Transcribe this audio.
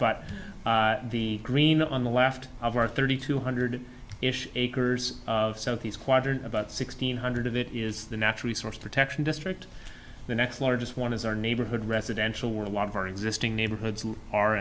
but the green on the left of our thirty two hundred ish acres of southeast quadrant about sixteen hundred of it is the natural source protection district the next largest one is our neighborhood residential were a lot of our existing neighborhoods are